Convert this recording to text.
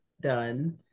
done